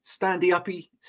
standy-uppy